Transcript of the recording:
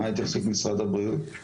מה התייחסות משרד הבריאות?